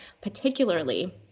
particularly